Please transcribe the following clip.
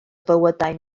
fywydau